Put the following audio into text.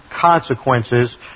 consequences